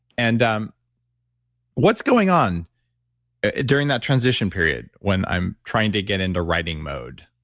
and um what's going on during that transition period when i'm trying to get into writing mode?